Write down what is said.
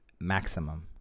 Maximum